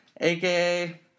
aka